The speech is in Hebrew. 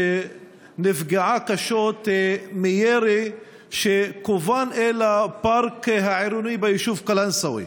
שנפגעה קשות מירי שכוון אל הפארק העירוני ביישוב קלנסווה.